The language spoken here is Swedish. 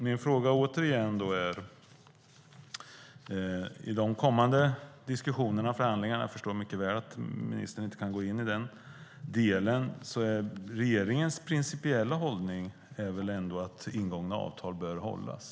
Min fråga är återigen: I de kommande diskussionerna och förhandlingarna - jag förstår mycket väl att ministern inte kan gå in i den delen - är väl regeringens principiella hållning ändå att ingångna avtal bör hållas?